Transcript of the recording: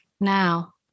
now